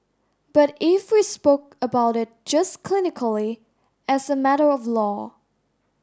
but if we spoke about it just clinically as a matter of law